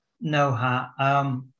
Noah